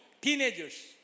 teenagers